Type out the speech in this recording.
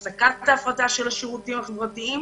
הפסקת ההפרטה של השירותים החברתיים